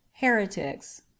Heretics